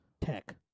Tech